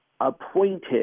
appointed